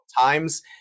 times